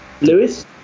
Lewis